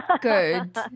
Good